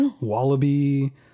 Wallaby